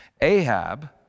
Ahab